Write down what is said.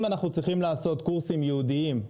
אם אנחנו צריכים לעשות קורסים ייעודיים,